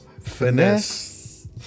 finesse